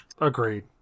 Agreed